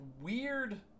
weird